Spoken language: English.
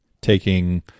taking